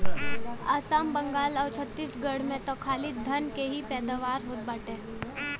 आसाम, बंगाल आउर छतीसगढ़ में त खाली धान के ही पैदावार होत बाटे